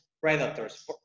predators